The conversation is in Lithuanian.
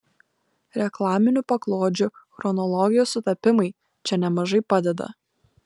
reklaminių paklodžių chronologijos sutapimai čia nemažai padeda